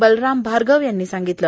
बलराम भार्गव यांनी सांगितलं